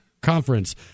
conference